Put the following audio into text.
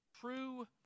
true